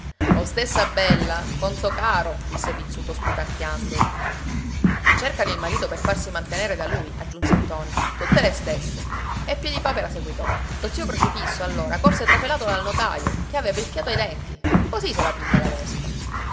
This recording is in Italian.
tino ostessa bella conto caro disse pizzuto sputacchiando cercano il marito per farsi mantenere da lui aggiunse ntoni tutte le stesse e piedipapera seguitò lo zio crocifisso allora corse trafelato dal notaio che aveva il fiato ai denti così se la piglia la vespa